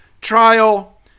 trial